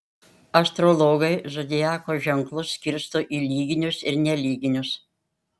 astrologai zodiako ženklus skirsto į lyginius ir nelyginius